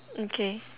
okay